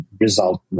result